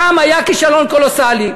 שם היה כישלון קולוסלי.